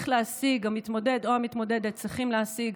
המתמודד או המתמודדת צריכים להשיג